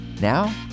Now